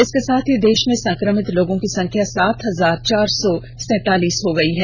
इसके साथ ही देश में संक्रमित लोगों की संख्या सात हजार चार सौ सैंतालीस हो गई हैं